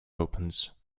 opens